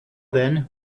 then